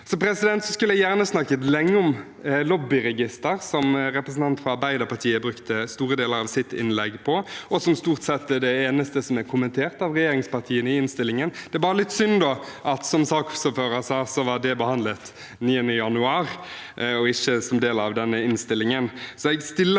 Jeg skulle gjerne snakket lenge om lobbyregister, som representanten fra Arbeiderpartiet brukte store deler av sitt innlegg på, og som stort sett er det eneste som er kommentert av regjeringspartiene i innstillingen. Det er bare litt synd, som saksordføreren sa, at det ble behandlet 9. januar og ikke er en del av denne innstillingen.